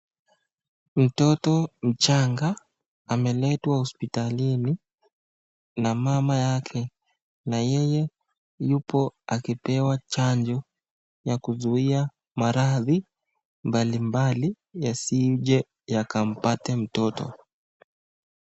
Mtoto mchanga ameletwa hospitalini na mama yake, na yeye yuko akipewa chanjo ya kuzuia maradhu mbali mbali yasije yakampate mtoto.